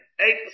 eight